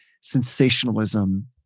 sensationalism